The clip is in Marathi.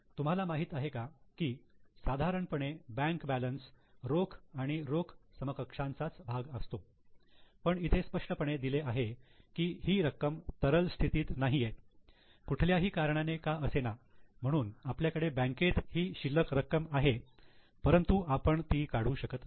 तुम्हाला माहित आहे का की साधारणपणे बँक बॅलन्स रोख आणि रोख समकक्षांचाच भाग असतो पण इथे स्पष्टपणे दिले आहे की ही रक्कम तरल स्थितीत नाहीये कुठल्याही कारणाने का असेना म्हणून आपल्याकडे बँकेत ही शिल्लक रक्कम आहे परंतु आपण ती काढू शकत नाही